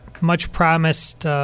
much-promised